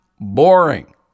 boring